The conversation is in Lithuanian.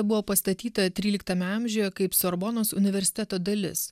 buvo pastatyta tryliktame amžiuje kaip sorbonos universiteto dalis